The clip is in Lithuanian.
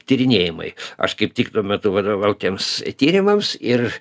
tyrinėjimai aš kaip tik tuo metu vadovavau tiems tyrimams ir